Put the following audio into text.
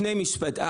שני משפטים,